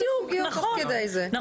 בדיוק, נכון.